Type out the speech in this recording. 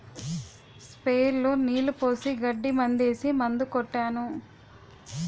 sprayer లో నీళ్లు పోసి గడ్డి మందేసి మందు కొట్టాను